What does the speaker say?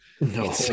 No